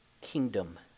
kingdom